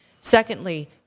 Secondly